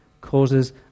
causes